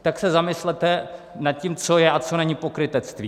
Tak se zamyslete nad tím, co je a co není pokrytectví.